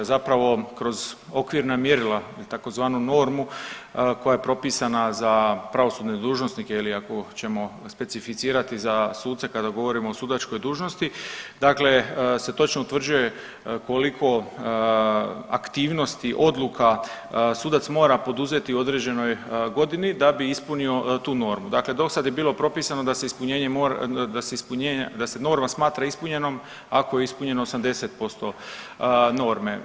Zapravo kroz okvirna mjerila i tzv. normu koja je propisana za pravosudne dužnosnike ili ako ćemo specificirati za suce kada govorimo o sudačkoj dužnosti dakle se točno utvrđuje koliko aktivnosti odluka sudac mora poduzeti u određenoj godini da bi ispunio tu normu, dakle dosad je bilo propisano da se ispunjenje mora, da se ispunjenje, da se norma smatra ispunjenom ako je ispunjeno 80% norme.